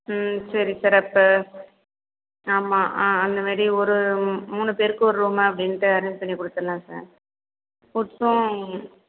ம் சரி சார் அப்போ ஆமாம் ஆ அந்தமாரி ஒரு ஒரு மூணு பேருக்கும் ஒரு ரூம் அப்படின்ட்டு அரேஞ்ச் பண்ணி கொடுத்தடலாம் சார்